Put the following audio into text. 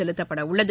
செலுத்தப்படவுள்ளது